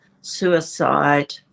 suicide